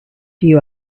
you